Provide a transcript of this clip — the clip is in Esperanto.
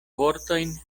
vortojn